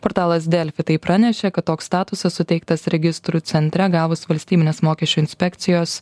portalas delfi tai pranešė kad toks statusas suteiktas registrų centre gavus valstybinės mokesčių inspekcijos